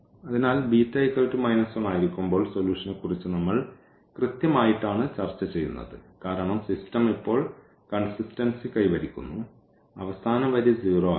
അതിനാൽ β 1 ആയിരിക്കുമ്പോൾ സൊല്യൂഷനെക്കുറിച്ച് നമ്മൾ കൃത്യമായിട്ടാണ് ചർച്ചചെയ്യുന്നത് കാരണം സിസ്റ്റം ഇപ്പോൾ കോൺസിസ്റ്റൻസി കൈവരിക്കുന്നു അവസാന വരി 0 ആയി